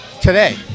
today